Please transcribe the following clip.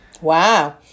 Wow